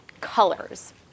colors